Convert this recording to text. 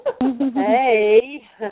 Hey